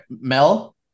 Mel